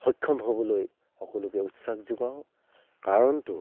সক্ষম হ'বলৈ সকলোকে উৎসাহ যোগাওঁ কাৰণটো